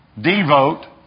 Devote